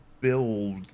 build